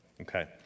Okay